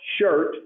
shirt